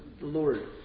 Lord